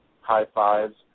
high-fives